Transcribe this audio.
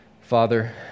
Father